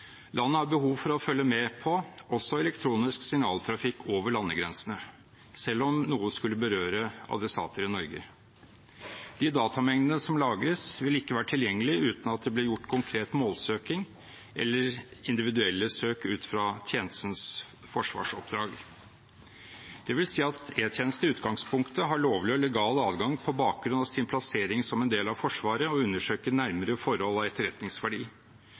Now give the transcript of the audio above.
Landet har behov for å følge med på også elektronisk signaltrafikk over landegrensene, selv om noe skulle berøre adressater i Norge. De datamengdene som lagres, vil ikke være tilgjengelige uten at det blir gjort konkret målsøking eller individuelle søk ut fra tjenestens forsvarsoppdrag. Det vil si at E-tjenesten i utgangspunktet har lovlig og legal adgang, på bakgrunn av sin plassering som en del av Forsvaret, til å undersøke nærmere forhold av etterretningsverdi.